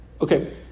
okay